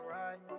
right